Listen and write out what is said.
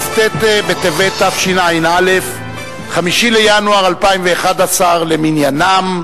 כ"ט בטבת תשע"א, 5 בינואר 2011 למניינם.